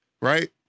right